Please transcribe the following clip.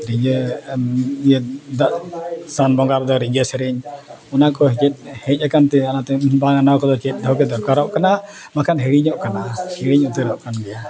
ᱨᱤᱸᱡᱷᱟᱹ ᱤᱭᱟᱹ ᱫᱟᱜ ᱥᱟᱱ ᱵᱚᱸᱜᱟ ᱨᱮᱫᱚ ᱨᱤᱸᱡᱷᱟᱹ ᱥᱮᱨᱮᱧ ᱚᱱᱟ ᱠᱚ ᱦᱮᱡ ᱦᱮᱡ ᱟᱠᱟᱱ ᱛᱮ ᱚᱱᱟᱛᱮ ᱵᱟᱝᱟ ᱚᱱᱟ ᱠᱚᱫᱚ ᱪᱮᱫ ᱫᱚᱦᱚ ᱜᱮ ᱫᱚᱨᱠᱟᱨᱚᱜ ᱠᱟᱱᱟ ᱵᱟᱠᱷᱟᱱ ᱦᱤᱲᱤᱧᱚᱜ ᱠᱟᱱᱟ ᱦᱤᱲᱤᱧ ᱩᱛᱟᱹᱨᱚᱜ ᱠᱟᱱ ᱜᱮᱭᱟ